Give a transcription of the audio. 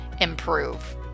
improve